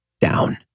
down